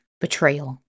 betrayal